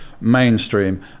mainstream